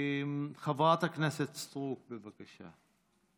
חברת הכנסת סטרוק, בבקשה.